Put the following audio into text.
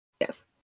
Yes